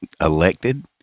elected